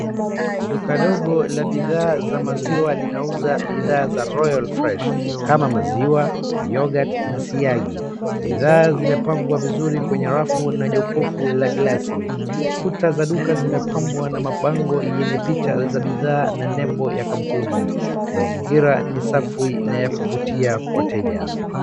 Duka ndogo la bidhaa za maziwa linauza bidhaa ya Royal Fresh kama maziwa, yorghout na siagi. Bidhaa zimepangwa vizuri kwenye rafu na jokufu la glasi kuta za duka zimepambwa na mabango yenye picha za bidhaa na nembo ya kampuni. Mazingira ni safi na ya kuvutia wateja.